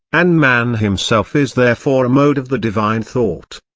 and man himself is therefore a mode of the divine thought.